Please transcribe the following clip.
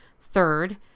Third